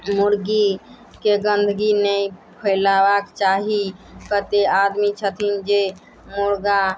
मुर्गीके गन्दगी नहि फैलावऽ चाही कतेक आदमी छथिन जे मुर्गा